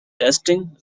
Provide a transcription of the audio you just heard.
testing